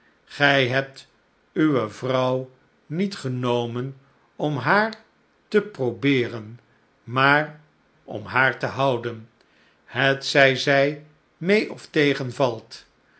gij hebt uwe vrouw niet genomen om haar te probeeren maar om haar te houden hetzvj zij mee of tegenvalt